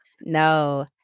No